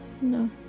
No